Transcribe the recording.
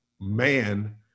man